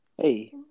Hey